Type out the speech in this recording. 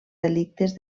delictes